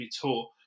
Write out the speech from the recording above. Tour